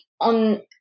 on